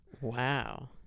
Wow